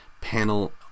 panel